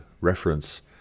reference